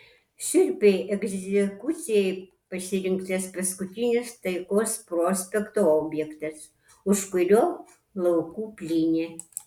šiurpiai egzekucijai pasirinktas paskutinis taikos prospekto objektas už kurio laukų plynė